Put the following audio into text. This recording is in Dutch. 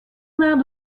naar